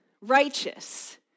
Righteous